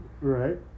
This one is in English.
Right